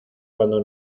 cuando